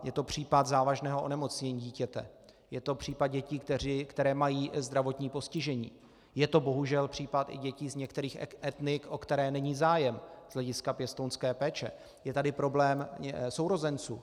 Je to případ závažného onemocnění dítěte, je to případ dětí, které mají zdravotní postižení, je to bohužel případ i dětí z některých etnik, o které není zájem z hlediska pěstounské péče, je tady problém sourozenců.